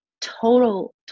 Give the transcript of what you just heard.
total